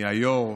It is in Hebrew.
מהיו"ר,